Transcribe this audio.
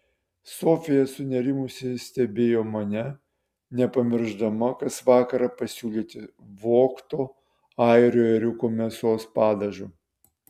sofija sunerimusi stebėjo mane nepamiršdama kas vakarą pasiūlyti vogto airių ėriuko mėsos padažo